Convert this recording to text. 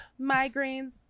Migraines